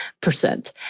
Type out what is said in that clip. percent